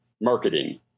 marketing